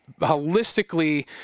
holistically